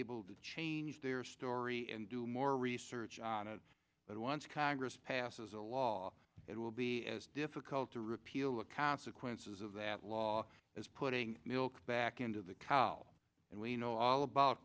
able to change their story and do more research but once congress passes a law it will be as difficult to repeal the consequences of that law as putting milk back into the cow and we know all about